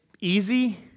easy